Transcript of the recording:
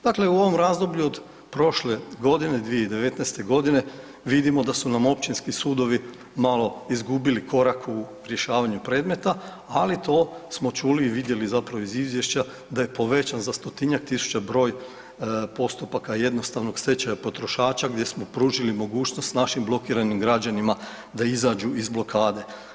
Dakle, u ovom razdoblju od prošle godine 2019. godine vidimo da su nam općinski sudovi malo izgubili korak u rješavanju predmeta, ali to smo čuli i vidjeli zapravo iz izvješća da je povećan za stotinjak tisuća broj postupaka jednostavnog stečaja potrošača gdje smo pružili mogućost našim građanima da izađu iz blokade.